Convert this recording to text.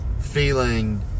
feeling